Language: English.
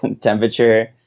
temperature